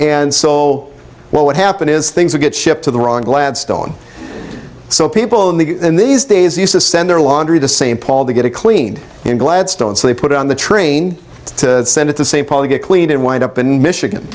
and soul what would happen is things would get shipped to the wrong gladstone so people in the in these days used to send their laundry to st paul to get it cleaned and gladstone so they put it on the train to send it the same probably get clean and wind up in michigan